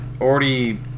already